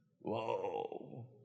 Whoa